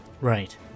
right